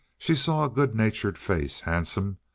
she saw a good-natured face, handsome,